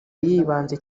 yibanze